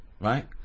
Right